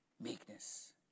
Meekness